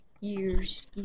years